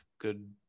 good